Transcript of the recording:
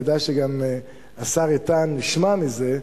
כדאי שגם השר איתן ישמע מזה,